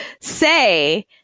say